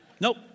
Nope